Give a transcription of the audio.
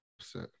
upset